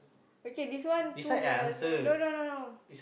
okay this one two of us answer no no no no